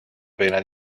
pena